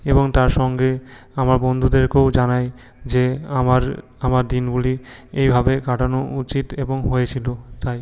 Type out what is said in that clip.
এবং তার সঙ্গে আমার বন্ধুদেরকেও জানাই যে আমার আমার দিনগুলি এইভাবে কাটানো উচিত এবং হয়েছিলো তাই